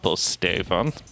Stephen